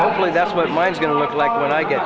hopefully that's what mine is going to look like when i get